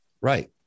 Right